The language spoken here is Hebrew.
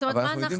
אבל אנחנו יודעים,